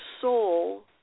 soul